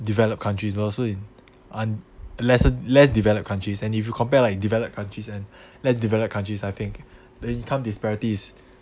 developed countries but also in lessen less developed countries and if you compare like developed countries and less developed countries I think the income disparities